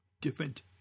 different